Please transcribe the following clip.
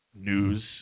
news